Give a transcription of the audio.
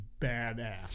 badass